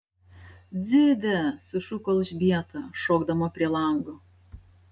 dzide sušuko elžbieta šokdama prie lango